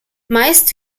meist